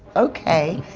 ok,